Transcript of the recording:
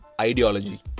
ideology